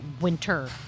winter